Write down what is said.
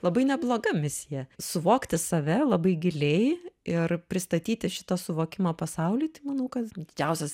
labai nebloga misija suvokti save labai giliai ir pristatyti šitą suvokimą pasauliui tai manau kad didžiausias